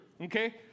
Okay